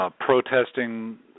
protesting